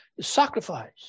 sacrifice